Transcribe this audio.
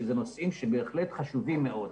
שזה נושאים שהם בהחלט חשובים מאוד.